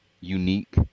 unique